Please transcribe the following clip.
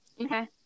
Okay